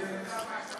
24 שעות.